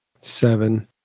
Seven